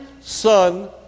son